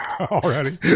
already